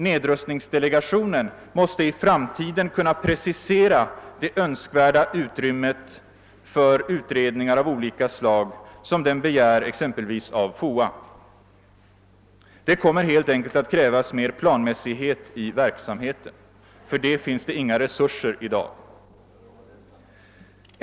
Nedrustningsdelegationen måste i framtiden kunna precisera det önskvärda utrymmet för utredningar av olika slag som den begär exempelvis av FOA. Det kommer helt enkelt att krävas mer planmässighet i verksamheten. För detta finns det i dag inga resurser.